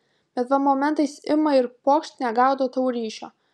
bet va momentais ima ir pokšt negaudo tau ryšio